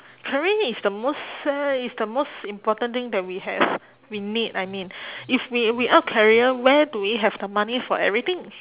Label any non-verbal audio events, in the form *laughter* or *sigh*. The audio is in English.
career is the most uh is the most important thing that we have we need I mean *breath* if we without career where do we have the money for everything